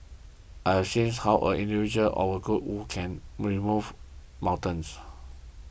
I have seen how as an individual or a group we can move mountains